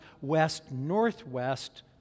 west-northwest